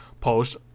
post